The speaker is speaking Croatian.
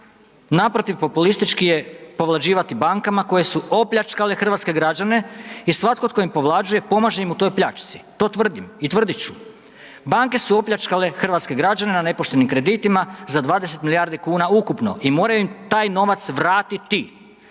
naprotiv, populistički je povlađivati bankama koje su opljačkale hrvatske građane i svatko ko im povlađuje, pomaže im u toj pljačci, to tvrdim i tvrdit ću. Banke su opljačkale hrvatske građane na nepoštenim kreditima za 20 milijardi kuna ukupno i moraju im taj novac vratiti.